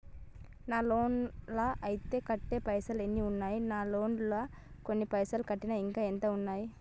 నా లోన్ లా అత్తే కట్టే పైసల్ ఎన్ని ఉన్నాయి నా లోన్ లా కొన్ని పైసల్ కట్టిన ఇంకా ఎంత ఉన్నాయి?